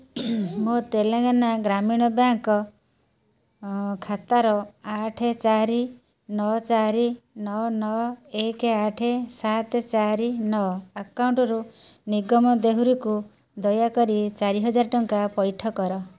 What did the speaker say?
ମୋ ତେଲେଙ୍ଗାନା ଗ୍ରାମୀଣ ବ୍ୟାଙ୍କ୍ ଖାତାର ଆଠ ଚାରି ନଅ ଚାରି ନଅ ନଅ ଏକ ଆଠ ସାତ ଚାରି ନଅ ଆକାଉଣ୍ଟରୁ ନିଗମ ଦେହୁରୀକୁ ଦୟାକରି ଚାରିହଜାର ଟଙ୍କା ପଇଠ କର